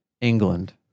England